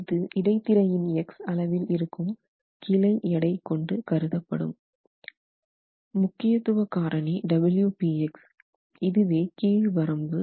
அடுத்து இடை திரையின் X அளவில் இருக்கும் கிளை எடை கொண்டு கருதப்படும் முக்கியத்துவ காரணி w px இதுவே கீழ் வரம்பு